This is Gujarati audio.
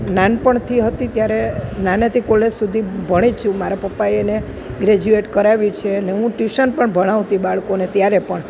નાનપણથી હતી ત્યારે નાનાથી કોલેજ સુધી ભણી જ છું મારા પપ્પાએ ને ગ્રેજુએટ કરાવી છે અને હું ટયૂશન પણ ભણાવતી બાળકોને ત્યારે પણ